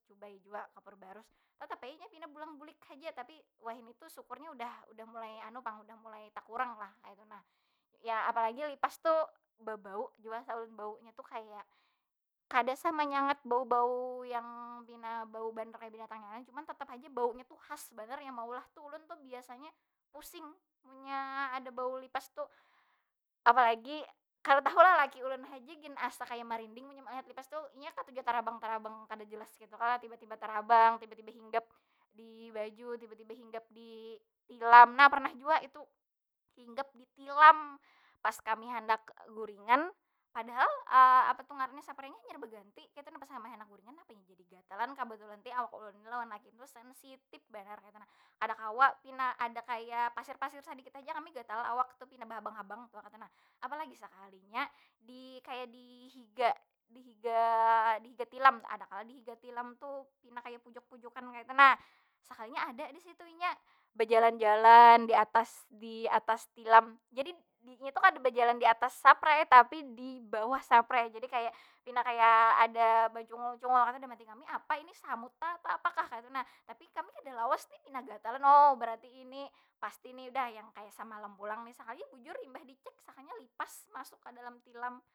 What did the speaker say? Cobai jua kapur barus, tetap ai inya pina pulang bulik haja. Tapi wahini tu sukurnya tu udah- udah mulai anu pang udah mulai takurang lah kaytu nah. Yang, apa lagi lipas tu bebau jua asa ulun baunya tu kaya kada samanyangat bau- bau yang pina bau banar kaya binatang yang lain. Cuman, tetap haja baunya tu khasu banar yang maulah tu ulun tu biasanya pusing munnya ada bau lipas tu. Apa lagi, kada tahu lah laki ulun haja gin asa kaya marinding lipas tu. Inya katuju kaya tarabang- tarabang kada jeas kaytu kalo? Tiba- tiba tarabang, tiba- tiba hinggap di baju, tiba- tiba hinggap di tilam. Nah pernah jua itu hinggap di tilam pas kami handak guringan. Padahal apa tu ngarannya saprainya hanyar baganti kaytu nah pas kami handak guringan. Napa inya jadi gatalan, kabatulan te awak ulun ni laki ulun sensitif banar kaytu nah. Kada kawa pina ada kaya pasir- pasir sadikit aja kami gatalan awak tu pina bahabang- habang kaytu nah. Apa lagi sakalinya di kaya di higa- di higa tilam. Ada kalo di higa tilam tuh pina kaya pojok- pojokan kaytu nah. Sakalinya ada di situ inya. Bejalan- jalan di atas di atas tilam. Jadi inya tu kada bejalan di atas saprai, tapi di bawah saprai. Jadi kaya, pina kaya ada bacungul- cungul, kan dalam hati kami apa ini samut kah atau apakah? Kaytu nah. Tapi kami kada lawas nih pina gatalan awak. Oh berarti ini, pasti ni dah yang kaya semalam pulang nih, sakalinya bujur. Imbah dicek sakalinya lipas masuk ka dalam tilam.